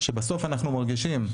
שבסוף אנחנו מרגישים,